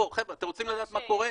חבר'ה, אתם רוצים לדעת מה קורה?